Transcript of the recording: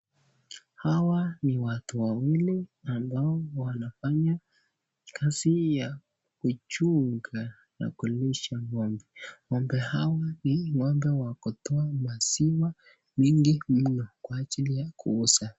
Hawa ni watu wawili ambao wanafanya kazi ya kuchunga na kulisha ng'ombe, ng'ombe hawa ni ng'ombe wa kutoa maziwa mingi mno kwa ajili ya kuuza.